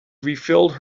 refilled